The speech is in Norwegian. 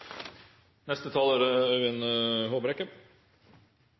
Neste taler er